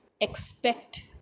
expect